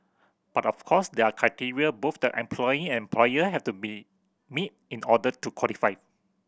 but of course there are criteria both the employee and employer have to be meet in order to qualify